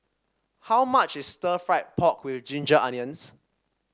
how much is Stir Fried Pork with Ginger Onions